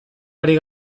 ari